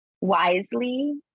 wisely